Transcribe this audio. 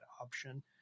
option